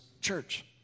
church